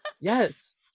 Yes